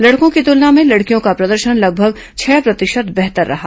लड़कों की तुलना में लड़कियों का प्रदर्शन लगभग छह प्रतिशत बेहतर रहा